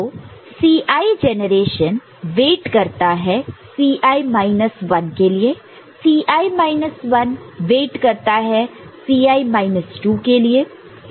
तो Ci generation wait करता है Ci माइनस 1 के लिए Ci माइनस 1 वेट करता है Ci माइनस 2 के लिए